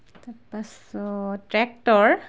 তাৰপাছত ট্ৰেক্টৰ